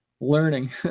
learning